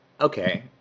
okay